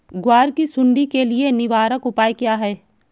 ग्वार की सुंडी के लिए निवारक उपाय क्या है?